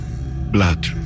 Blood